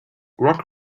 rock